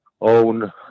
own